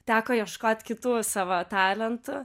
teko ieškot kitų savo talentų